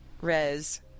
res